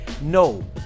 No